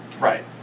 Right